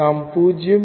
நாம் 0